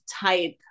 type